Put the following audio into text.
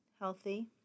healthy